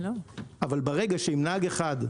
ברגע שאתה